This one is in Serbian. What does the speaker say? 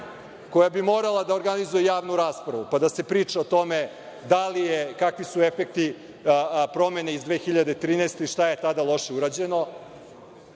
koja bi morala da organizuje javnu raspravu, pa da se priča o tome kakvi su efekti promene iz 2013. godine i šta je tada loše urađeno